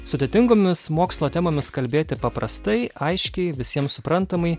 sudėtingomis mokslo temomis kalbėti paprastai aiškiai visiems suprantamai